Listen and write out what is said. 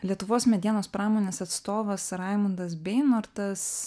lietuvos medienos pramonės atstovas raimundas beinortas